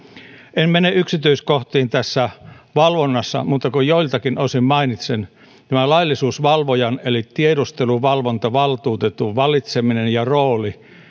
en mene yksityiskohtiin tässä valvonnassa mutta joiltakin osin mainitsen siitä tämän laillisuusvalvojan eli tiedusteluvalvontavaltuutetun valitseminen rooli